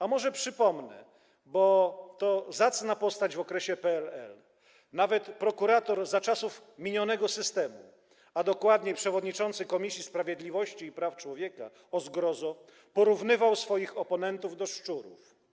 A może przypomnę, bo to zacna postać w okresie PRL, nawet prokurator za czasów minionego systemu, a dokładniej przewodniczący Komisji Sprawiedliwości i Praw Człowieka, o zgrozo, porównywał swoich oponentów do szczurów.